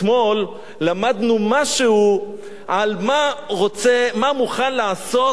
אתמול למדנו משהו על מה מוכן לעשות